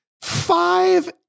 Five